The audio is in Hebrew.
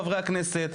חברי הכנסת,